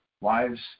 wives